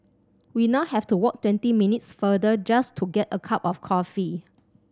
we now have to walk twenty minutes farther just to get a cup of coffee